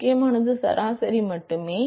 முக்கியமானது சராசரி மட்டுமே